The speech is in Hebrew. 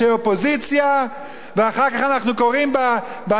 ואחר כך אנחנו קוראים באתרי האינטרנט דברי